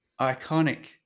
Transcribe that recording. iconic